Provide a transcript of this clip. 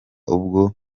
ubwo